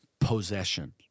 possession